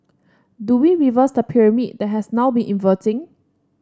do we reverse the pyramid that has now been inverting